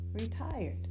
retired